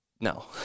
no